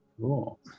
Cool